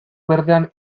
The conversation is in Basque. berdean